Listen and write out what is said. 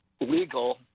legal